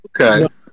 Okay